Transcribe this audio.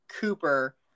Cooper